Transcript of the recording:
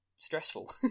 stressful